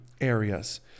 areas